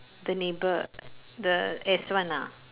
the neighbour the S one ah